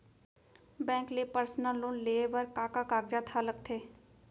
Bank ले personal loan लेये बर का का कागजात ह लगथे?